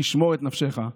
ישמור את נפשך.